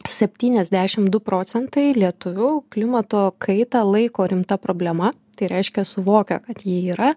septyniasdeši du procentai lietuvių klimato kaitą laiko rimta problema tai reiškia suvokia kad ji yra